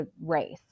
race